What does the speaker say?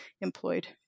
employed